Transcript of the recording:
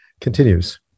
continues